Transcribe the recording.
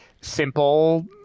simple